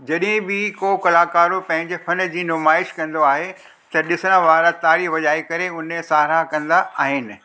जॾहिं बि को कलाकारु पंहिंजे फ़न जी नुमाइश कंदो आहे त ॾिसण वारा ताड़ी वॼाए करे उन्हीअ जी साराह कंदा आहिनि